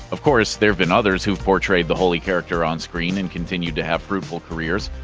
of course, there've been others who've portrayed the holy character on-screen and continued to have fruitful careers,